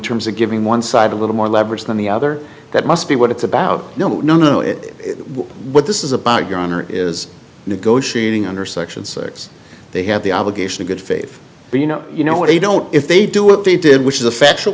terms of giving one side a little more leverage than the other that must be what it's about no no no it is what this is about your honor is negotiating under section six they have the obligation of good faith but you know you know what they don't if they do what they did which is a factual